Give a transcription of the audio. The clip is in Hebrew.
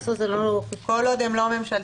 הרווחה, כל עוד הם לא ממשלתיים.